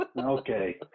Okay